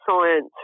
science